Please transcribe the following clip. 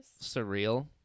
surreal